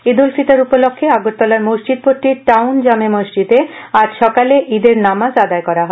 ইদ উল ফিতর উপলক্ষে আগরতলার মসজিদ পট্টির টাউন জামে মসজিদে আজ সকালে ইদের নামাজ আদায় করা হয়